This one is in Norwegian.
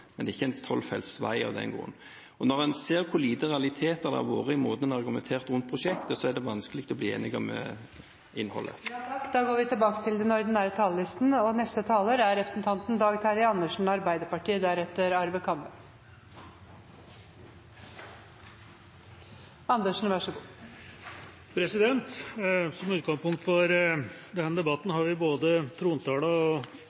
men det er ikke en 12 felts vei av den grunn. Når en ser hvor lite realiteter det har vært i måten det har vært argumentert rundt prosjektet på, er det vanskelig å bli enig om innholdet. Replikkordskiftet er omme. Som utgangspunkt for denne debatten har vi både trontalen og,